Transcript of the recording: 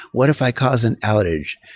what if i cause an outage?